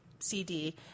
CD